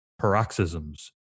paroxysms